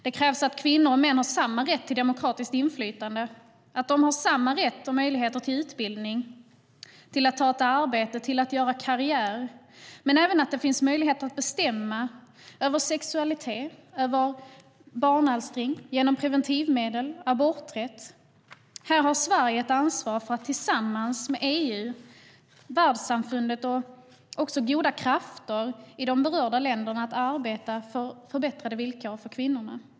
Det krävs att kvinnor och män har samma rätt till demokratiskt inflytande och att de har samma rätt och möjligheter till utbildning, till att ta ett arbete och till att göra karriär - men även att det finns möjlighet att genom preventivmedel och aborträtt bestämma över sexualitet och barnalstring. Här har Sverige ett ansvar för att tillsammans med EU, världssamfundet och goda krafter i de berörda länderna arbeta för förbättrade villkor för kvinnorna.